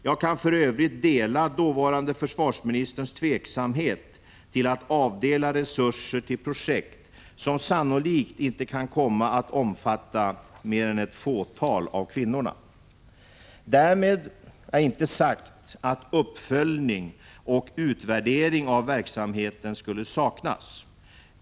Jag kan för övrigt dela dåvarande försvarsministerns tveksamhet till att avdela resurser till projekt som sannolikt inte kan komma att omfatta mer än ett fåtal av kvinnorna. Därmed är inte sagt att uppföljning och utvärdering av verksamheten skulle saknas.